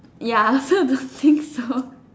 ya so do think so